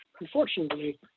unfortunately